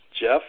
Jeff